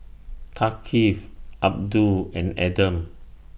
Thaqif Abdul and Adam